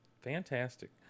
fantastic